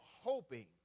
hoping